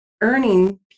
earning